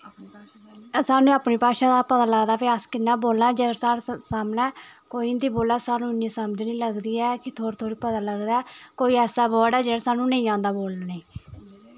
साह्नू अपनी भाशा दा पता लगदा भाई अस कियां बोलना साढ़ै सामनै कोई हिन्दी बोल्लै साह्नू इन्नी समझ नी लगदी ऐ थोह्ड़ा थोह्ड़ा पता लगदा कोई ऐसा बर्ड़ ऐ जेह्ड़ा स्हानू नेंई आंदा बोलनें ई